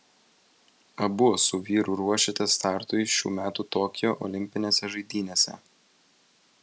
abu su vyru ruošėtės startui šių metų tokijo olimpinėse žaidynėse